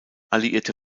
alliierte